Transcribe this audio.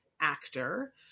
actor